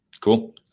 Cool